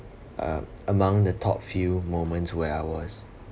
um among the top few moments where I was